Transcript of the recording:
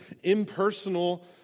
impersonal